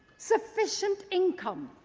sufficient income,